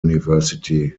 university